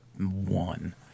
one